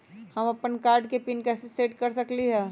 हम अपन कार्ड के पिन कैसे सेट कर सकली ह?